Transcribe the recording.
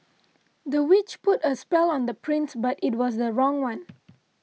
the witch put a spell on the prince but it was the wrong one